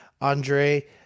Andre